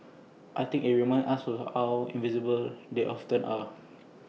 I think IT reminds us of how invisible they often are